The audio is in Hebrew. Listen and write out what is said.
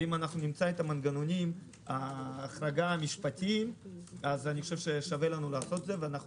ואם נמצא את מנגנוני ההחרגה המשפטיים שווה לנו לעשות את זה ואנחנו